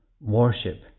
worship